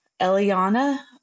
Eliana